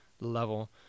level